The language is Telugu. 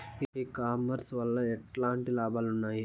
ఈ కామర్స్ వల్ల ఎట్లాంటి లాభాలు ఉన్నాయి?